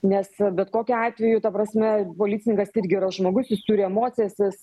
nes bet kokiu atveju ta prasme policininkas tai irgi yra žmogus jis turi emocijas jis